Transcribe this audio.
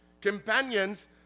companions